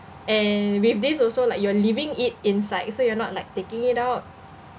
and with this also like you're leaving it inside so you're not like taking it out